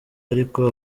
ariko